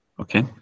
Okay